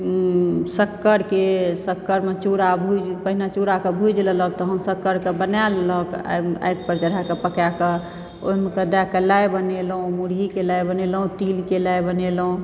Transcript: शक्कर के शक्कर शमे चूड़ा भुजि पहिने चूड़ाके भुजि लेलक तखन शक्करके बना लेलक आगि पर चढ़ाके पकाके ओहि मे कऽ दय कऽ लाइ बनेलहुॅं मुरहीके लाइ बनेलहुॅं तिल के लाइ बनेलहुॅं